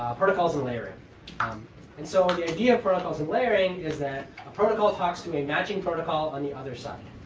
protocols and layering um and so the idea of protocols and layering is that a protocol talks to a matching protocol on the other side.